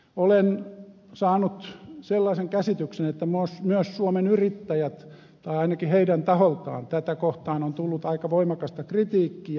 olen saanut sellaisen käsityksen että myös suomen yrittäjien taholta tätä kohtaan on tullut aika voimakasta kritiikkiä